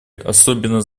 особенно